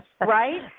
right